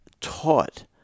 taught